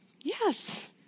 yes